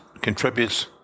contributes